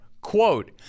Quote